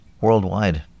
Worldwide